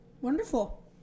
Wonderful